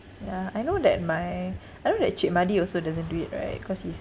ya I know that my I know that cik mahdi also doesn't do it right cause he's